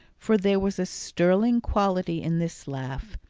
for there was a sterling quality in this laugh,